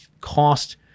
cost